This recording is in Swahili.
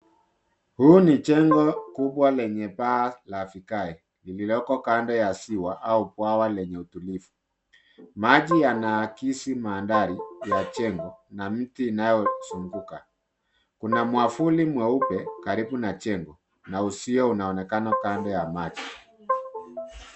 Huu no jengo kubwa lenye paa la vigae lililoko kando ya ziwa au bwawa lenye utulivu. Maji yanaakisi mandhari ya jengo na mti unao zungukwa. Kuna mwavuli mweupe karibu na jengo na uzio unaonekana kando ya maji.